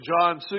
John